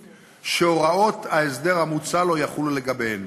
שהוראות ההסדר המוצע לא יחולו לגביהם.